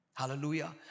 Hallelujah